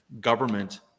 government